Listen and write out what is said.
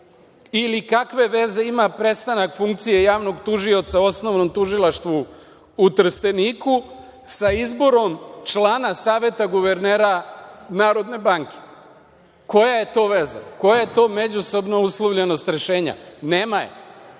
ili kakve veze ima prestanak funkcije javnog tužioca u Osnovnom tužilaštvu u Trsteniku sa izborom člana Saveta guvernera Narodne banke? Koja je to veza? Koja je to međusobna uslovljenost rešenja? Nema